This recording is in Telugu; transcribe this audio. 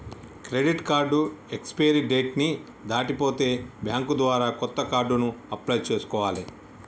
క్రెడిట్ కార్డు ఎక్స్పైరీ డేట్ ని దాటిపోతే బ్యేంకు ద్వారా కొత్త కార్డుకి అప్లై చేసుకోవాలే